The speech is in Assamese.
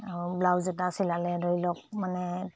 আৰু ব্লাউজ এটা চিলালে ধৰি লওক মানে